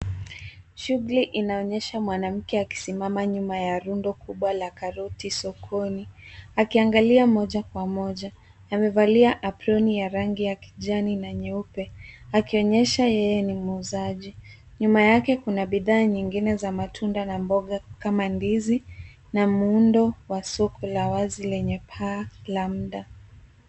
Shughuli inaonyesha mwanamke akisimama nyuma ya rundo kubwa la karoti sokoni akiangalia moja kwa moja. Amevalia aproni ya rangi ya kijani na nyeupe akionyesha yeye ni muuzaji. Nyuma yake kuna bidhaa zingine za matunda na mboga kama ndizi na muundo wa soko la wazi lenye paa la mda.